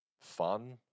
fun